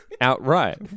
Outright